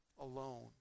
alone